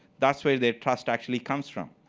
that's where they trust actually comes from.